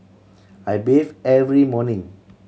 I bathe every morning